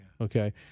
Okay